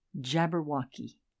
Jabberwocky